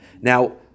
Now